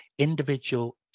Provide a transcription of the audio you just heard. individual